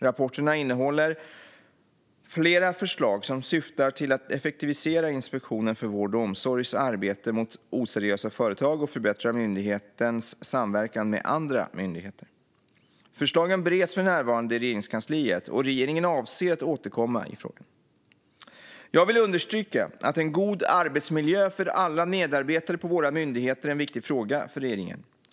Rapporterna innehåller flera förslag som syftar till att effektivisera Inspektionen för vård och omsorgs arbete mot oseriösa företag och förbättra myndighetens samverkan med andra myndigheter. Förslagen bereds för närvarande i Regeringskansliet, och regeringen avser att återkomma i frågan. Jag vill understryka att en god arbetsmiljö för alla medarbetare på våra myndigheter är en viktig fråga för regeringen.